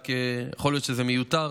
רק יכול להיות שזה מיותר,